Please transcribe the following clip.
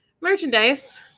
merchandise